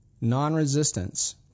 non-resistance